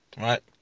Right